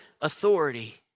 authority